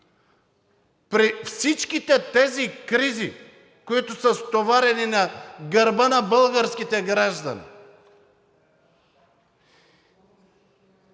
При всичките тези кризи, които са стоварени на гърба на българските граждани